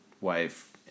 wife